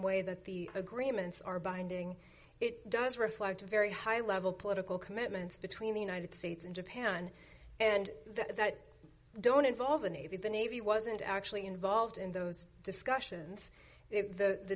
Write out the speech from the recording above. way that the agreements are binding it does reflect a very high level political commitments between the united states and japan and that don't involve the navy the navy wasn't actually involved in those discussions the